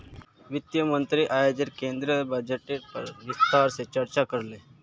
वित्त मंत्री अयेज केंद्रीय बजटेर पर विस्तार से चर्चा करले